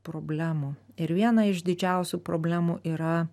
problemų ir viena iš didžiausių problemų yra